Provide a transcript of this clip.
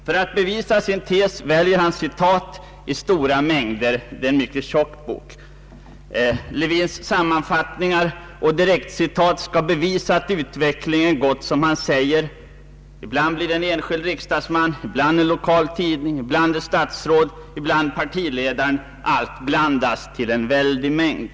För att bevisa denna tes väljer han citat i stora mängder; det är en mycket tjock bok. Lewins sammanfattningar och direktcitat skall bevisa att utvecklingen gått som han säger. Ibland blir det en enskild riksdagsman, ibland en lokal tidning, ibland ett statsråd, ibland partiledaren — allt blandas till en väldig mängd.